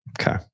Okay